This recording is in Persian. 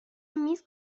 میز